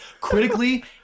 Critically